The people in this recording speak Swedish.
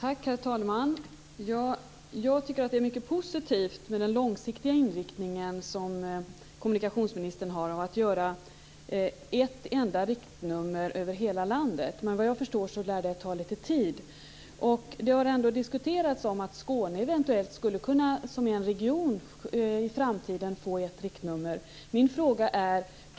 Herr talman! Jag tycker att den långsiktiga inriktning som kommunikationsministern ger uttryck för, dvs. att skapa ett enda riktnummer över hela landet, är mycket positiv. Såvitt jag förstår lär det ta litet tid. Det har ändå diskuterats att Skåne, som är en region, i framtiden skulle kunna få ett riktnummer. Min fråga är följande.